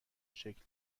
شکل